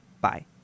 bye